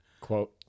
quote